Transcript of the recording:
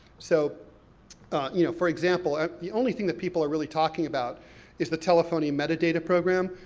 so you know, for example, the only thing that people are really talking about is the telephony metadata program,